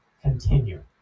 continue